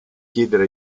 chiedere